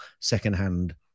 secondhand